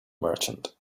merchant